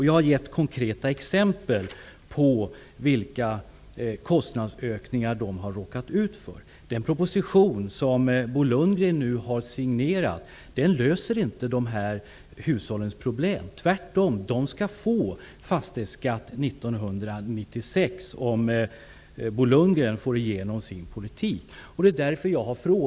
Jag har gett konkreta exempel på vilka kostnadsökningar de har råkat ut för. Den proposition som Bo Lundgren nu har signerat löser inte dessa hushålls problem, tvärtom. De skall få fastighetsskatt 1996 om Bo Lundgren får igenom sin politik. Jag får inget svar.